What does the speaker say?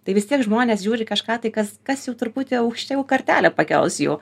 tai vis tiek žmonės žiūri kažką tai kas kas jau truputį aukščiau kartelę pakels jų